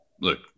look